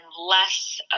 less